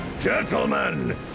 Gentlemen